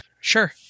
sure